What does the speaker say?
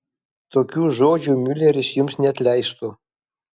tokių žodžių miuleris jums neatleistų